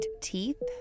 teeth